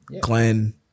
glenn